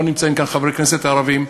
לא נמצאים כאן חברי הכנסת הערבים,